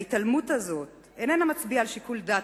ההתעלמות הזאת איננה מצביעה על שיקול דעת